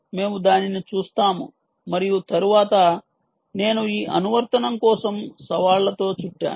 మేము దానిని చూస్తాము మరియు తరువాత నేను ఈ అనువర్తనం కోసం సవాళ్లతో చుట్టాను